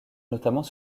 notamment